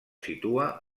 situa